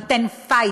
וייתן פייט,